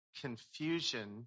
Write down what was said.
confusion